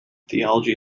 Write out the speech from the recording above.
theology